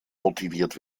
motiviert